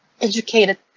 educated